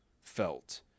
felt